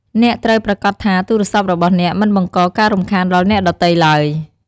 អ្នកត្រូវប្រាកដថាទូរស័ព្ទរបស់អ្នកមិនបង្កការរំខានដល់អ្នកដទៃទ្បើយ។